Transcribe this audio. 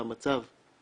אני אתחיל.